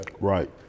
right